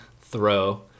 throw